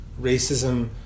racism